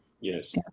Yes